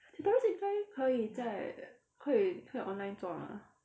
tutorials 应该可以在可以可以 online 做吗